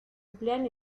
emplean